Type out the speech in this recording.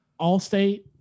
Allstate